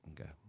Okay